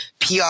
PR